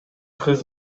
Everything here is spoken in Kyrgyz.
кыз